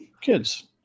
kids